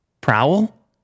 Prowl